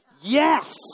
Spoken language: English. Yes